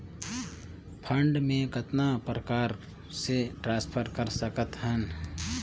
Fund मे कतना प्रकार से ट्रांसफर कर सकत हन?